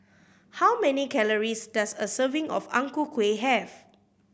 how many calories does a serving of Ang Ku Kueh have